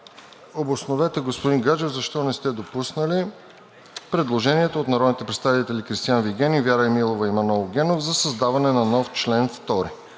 Обосновете, господин Гаджев, защо не сте допуснали предложението от народните представители Кристиан Вигенин, Вяра Емилова и Манол Генов за създаване на нов член втори.